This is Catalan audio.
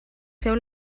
feu